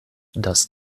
das